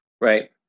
Right